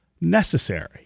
necessary